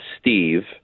Steve